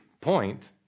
Point